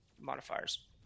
modifiers